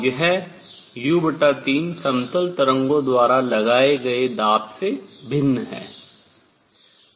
यह u3 समतल तरंगों द्वारा लगाए गए दाब से भिन्न है